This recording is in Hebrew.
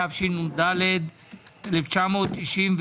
התשע"ד-1994,